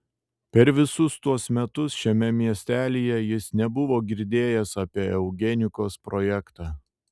per visus tuos metus šiame miestelyje jis nebuvo girdėjęs apie eugenikos projektą